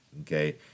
Okay